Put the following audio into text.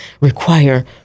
Require